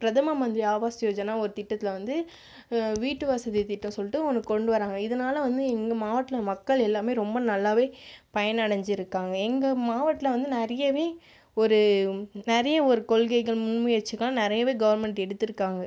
பிரதம மந்திரி ஆவாஸ் யோஜனா ஒரு திட்டத்தில் வந்து வீட்டு வசதி திட்டம் சொல்லிட்டு ஒன்று கொண்டு வராங்க இதனால் வந்து இந்த மாவட்டத்ல மக்கள் எல்லாமே ரொம்ப நல்லா பயனடைஞ்சிருக்காங்க எங்கள் மாவட்டத்ல வந்து நிறைய ஒரு நிறைய ஒரு கொள்கைகள் முன் முயற்சிகள்லாம் நிறையவே கவர்ன்மெண்ட் எடுத்துருக்காங்க